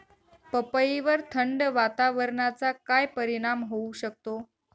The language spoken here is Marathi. पपईवर थंड वातावरणाचा काय परिणाम होऊ शकतो?